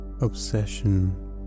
obsession